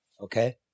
Okay